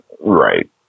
right